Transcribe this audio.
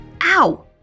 Ow